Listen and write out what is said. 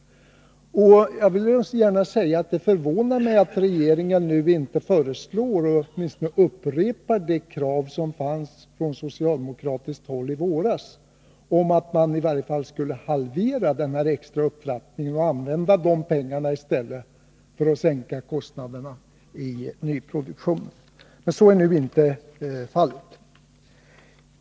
Jag vill också gärna säga att det förvånar mig att inte regeringen nu upprepar det krav som i våras fanns från socialdemokratiskt håll om att man i varje fall skulle halvera den extra upptrappningen och i stället använda de pengarna för att sänka kostnaderna i nyproduktionen. Så är nu inte fallet.